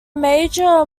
major